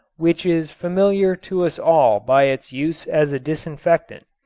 which is familiar to us all by its use as a disinfectant.